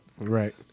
Right